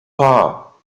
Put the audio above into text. paar